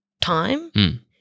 time –